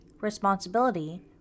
responsibility